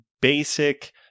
basic